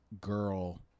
girl